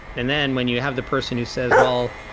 and then when you have the person who says, well,